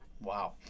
Wow